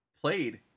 played